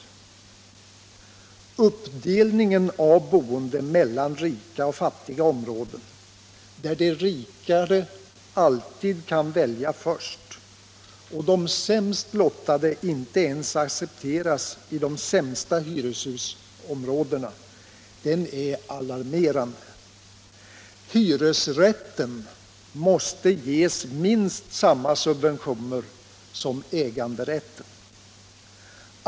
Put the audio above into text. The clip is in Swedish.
Uppdelningen av boende mellan rika och fattiga områden — där de rikare alltid kan välja först och de sämst lottade inte ens accepteras i de sämsta hyreshusområdena — är alarmerande. Hyresrätten måste ges minst samma subventioner som äganderätten.